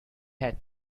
had